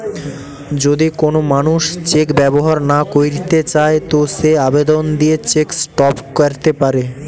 যদি কোন মানুষ চেক ব্যবহার না কইরতে চায় তো সে আবেদন দিয়ে চেক স্টপ ক্যরতে পারে